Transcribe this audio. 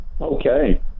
Okay